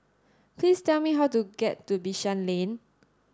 please tell me how to get to Bishan Lane